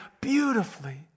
beautifully